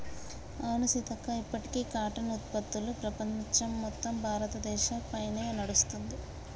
అవును సీతక్క ఇప్పటికీ కాటన్ ఉత్పత్తులు ప్రపంచం మొత్తం భారతదేశ పైనే నడుస్తుంది